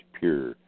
pure